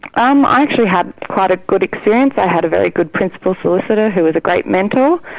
um i actually had quite a good experience, i had a very good principal solicitor who was a great mentor,